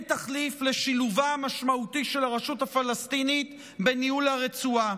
תחליף לשילובה המשמעותי של הרשות הפלסטינית בניהול הרצועה.